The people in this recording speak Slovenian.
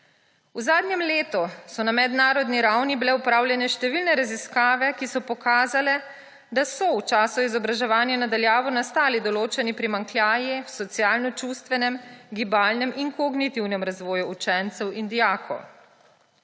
V zadnjem letu so bile na mednarodni ravni opravljene številne raziskave, ki so pokazale, da so v času izobraževanja na daljavo nastali določeni primanjkljaji v socialno-čustvenem, gibalnem in kognitivnem razvoju učencev in dijakov.